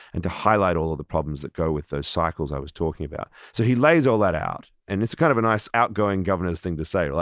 and to highlight all the problems that go with those cycles i was talking about. so he lays all that out, and it's kind of a nice outgoing governor's thing to say.